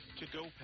to-go